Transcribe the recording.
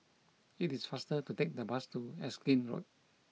it is faster to take the bus to Erskine Road